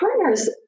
partners